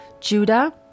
Judah